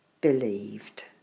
believed